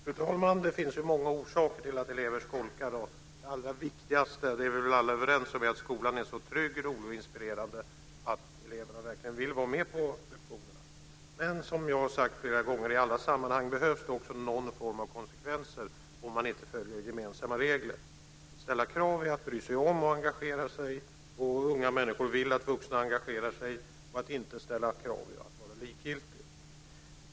Fru talman! Det finns många orsaker till att elever skolkar. Det allra viktigaste, det är vi väl alla överrens om, är att skolan ska vara så trygg, rolig och inspirerande att eleverna verkligen vill vara med på lektionerna. Men som jag har sagt flera gånger i andra sammanhang behövs det också någon form av konsekvenser om man inte följer gemensamma regler. Att ställa krav är att bry sig om och engagera sig, och unga människor vill att vuxna engagerar sig. Att inte ställa krav är att vara likgiltig.